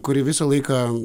kuri visą laiką